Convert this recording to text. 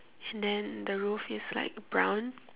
and then the roof is like brown